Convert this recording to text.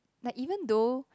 like even though